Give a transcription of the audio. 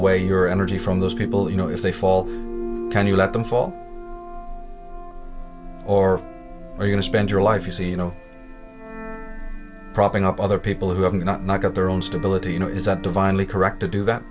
away your energy from those people you know if they fall can you let them fall or are going to spend your life you see you know propping up other people who have not not got their own stability you know is that divinely correct to do that